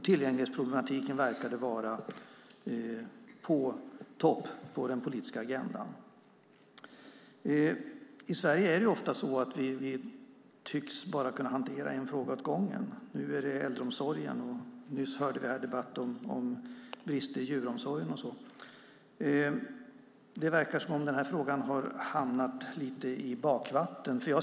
Tillgänglighetsproblematiken verkade vara på topp på den politiska agendan. I Sverige är det ofta så att vi bara tycks hantera en fråga åt gången. Nu är det äldreomsorgen, och nyss hörde vi här en debatt om brister i djuromsorgen. Den här frågan har hamnat lite i bakvatten. Fru talman!